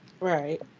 Right